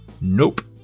Nope